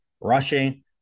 rushing